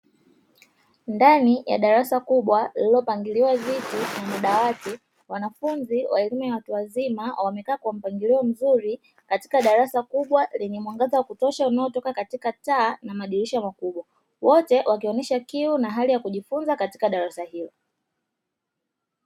Ndani ya darasa kubwa lililopangiliwa viti na madawati , wanafunzi wa elimu ya watu wazima wamekaa kwa mpangilio mzuri katika darasa kubwa lenye mwangaza wa kutosha unaotoka katika taa na madirisha makubwa, wote wakionyesha kiu na hali ya kujifunza katika darasa hilo.